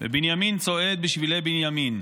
ובנימין צועד בשבילי בנימין.